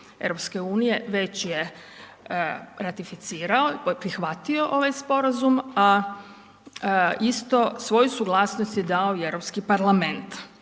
članica EU-a već je ratificirao, prihvatio ovaj sporazum a isto svoju suglasnost je dao i Europski parlament.